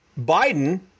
Biden